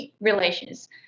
relations